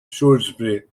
shrewsbury